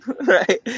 Right